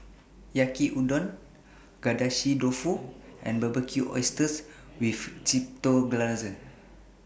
Yaki Udon Agedashi Dofu and Barbecued Oysters with Chipotle Glaze